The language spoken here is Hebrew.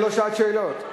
זו לא שעת שאלות,